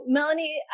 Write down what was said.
Melanie